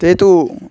ते तु